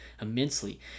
immensely